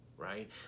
right